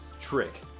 trick